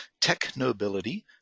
technobility